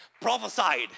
prophesied